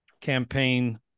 campaign